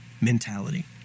mentality